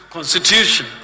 Constitution